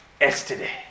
yesterday